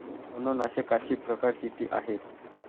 तणनाशकाचे प्रकार किती आहेत?